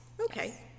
Okay